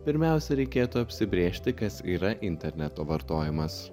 pirmiausia reikėtų apsibrėžti kas yra interneto vartojimas